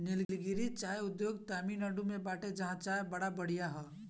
निलगिरी चाय उद्यान तमिनाडु में बाटे जहां के चाय बड़ा बढ़िया हअ